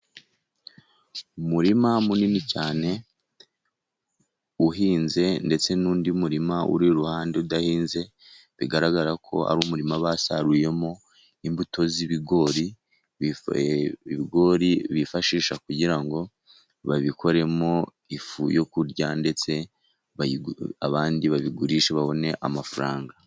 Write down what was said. Umurima munini cyane uhinze ndetse n'undi murima uri iruhande udahinze, bigaragarako ari umurima basaruyemo imbuto z'ibigori, Ibigori bifashisha kugira ngo babikoremo ifu yo kurya ,ndetse abandi babigurisha babone amafaranga.